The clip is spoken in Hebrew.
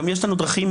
גם יש לנו דרכים.